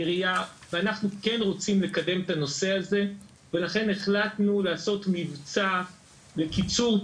אנחנו כן רוצים לקדם את הנושא הזה ולכן החלטנו לעשות מבצע לקיצור תורים.